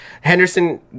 Henderson